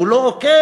הוא לא עוקף.